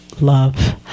love